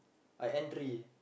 I end three